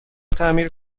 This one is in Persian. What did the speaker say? تعمیر